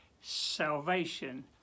salvation